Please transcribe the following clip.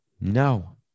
No